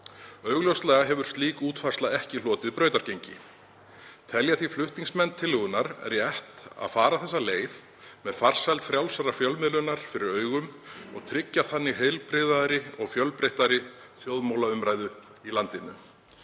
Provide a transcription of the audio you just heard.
Augljóslega hefur slík útfærsla ekki hlotið brautargengi. Telja því flutningsmenn tillögunnar rétt að fara þessa leið með farsæld frjálsrar fjölmiðlunar fyrir augum og tryggja þannig heilbrigðari og fjölbreyttari þjóðmálaumræðu í landinu.“